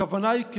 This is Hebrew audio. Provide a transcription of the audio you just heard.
הכוונה היא,